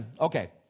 Okay